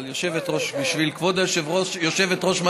אבל בשביל כבוד היושבת-ראש,